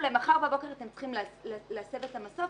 להם שמחר בבוקר הם צריכים לעצב את המסוף.